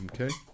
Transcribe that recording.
Okay